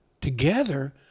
together